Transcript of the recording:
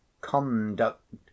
conduct